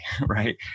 right